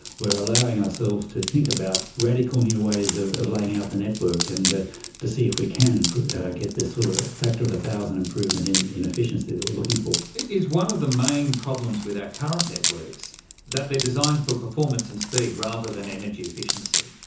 we're allowing ourselves to think about radical new ways of of laying out the network and ah to see if we can and get this sort of factor of one thousand improvement in in efficiency that we're looking for. is one of the main problems with our current networks that they're designed for performance and speed rather than energy efficiency?